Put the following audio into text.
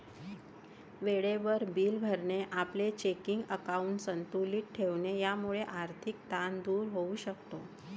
वेळेवर बिले भरणे, आपले चेकिंग अकाउंट संतुलित ठेवणे यामुळे आर्थिक ताण दूर होऊ शकतो